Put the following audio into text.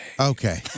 Okay